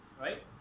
right